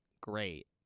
great